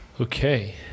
Okay